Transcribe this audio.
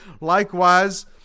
Likewise